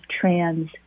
trans